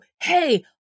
hey